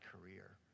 career